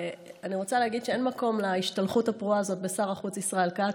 אני רוצה להגיד שאין מקום להשתלחות הפרועה הזאת בשר החוץ ישראל כץ.